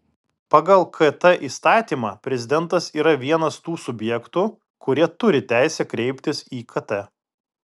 pagal kt įstatymą prezidentas yra vienas tų subjektų kurie turi teisę kreiptis į kt